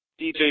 DJ